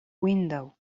window